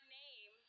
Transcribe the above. name